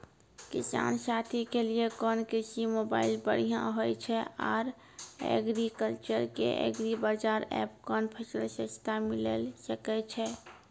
किसान साथी के लिए कोन कृषि मोबाइल बढ़िया होय छै आर एग्रीकल्चर के एग्रीबाजार एप कोन फसल सस्ता मिलैल सकै छै?